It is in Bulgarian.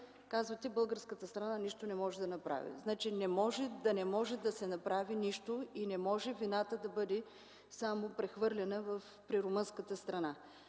казвате, че българската страна нищо не може да направи. Не може да не може да се направи нищо и не може вината да бъде прехвърлена само при румънската страна.